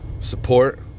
support